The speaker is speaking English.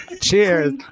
Cheers